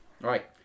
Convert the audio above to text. Right